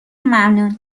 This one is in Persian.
ممنون